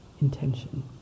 intention